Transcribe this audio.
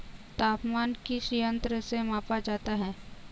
तापमान किस यंत्र से मापा जाता है?